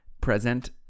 present